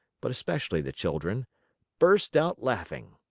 but especially the children burst out laughing.